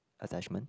attachment